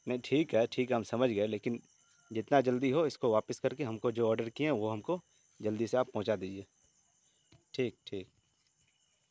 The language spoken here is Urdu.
نہیں ٹھیک ہے ٹھیک ہے ہم سمجھ گئے لیکن جتنا جلدی ہو اس کو واپس کر کے ہم کو جو آڈر کیے ہیں وہ ہم کو جلدی سے آپ پہنچا دیجیے ٹھیک ٹھیک